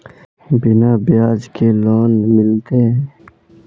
बिना ब्याज के लोन मिलते?